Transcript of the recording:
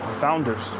founders